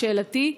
שאלתי: